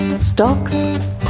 Stocks